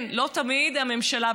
לא תמיד הממשלה,